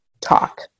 talk